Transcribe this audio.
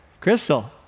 Crystal